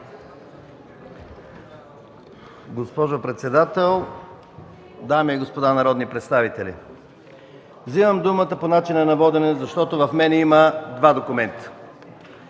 Госпожо председател, дами и господа народни представители! Вземам думата по начина на водене, защото в мен има два документа